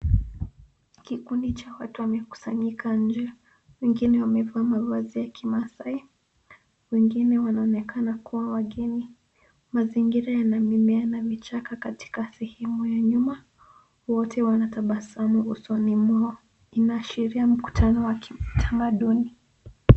Kikundi cha watu kimekusanyika nje. Wengine wamevaa mavazi ya kimaasai. Wengine wanaonekana kuwa wageni. Mazingira Yana mimea na vichaka katika sehemu ya nyuma. Wote Wana tabasamu nyusoni mwao. Unaashiria mkutano wa kitamaduni.